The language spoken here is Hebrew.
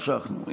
משכנו.